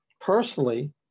personally